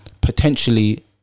potentially